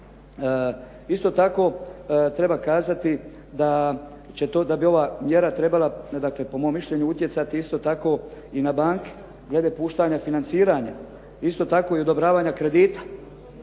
Isto tako treba kazati da bi ova mjera trebala po mom mišljenju utjecati isto tako i na banke, glede puštanja financiranja. Isto tako i odobravanje kredita,